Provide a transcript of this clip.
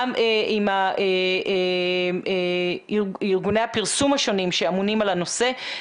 גם עם ארגוני הפרסום השונים שאמונים על הנושא,